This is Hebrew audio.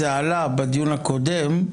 זה עלה בדיון הקודם,